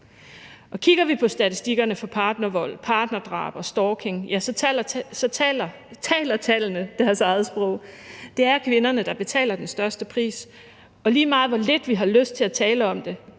Kigger vi på statistikkerne for partnervold, partnerdrab og stalking, taler tallene deres eget sprog. Det er kvinderne, der betaler den største pris, og lige meget hvor lidt vi har lyst til at tale om det,